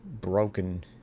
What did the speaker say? broken